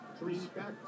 Respect